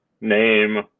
name